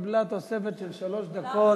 שקיבלה תוספת של שלוש דקות.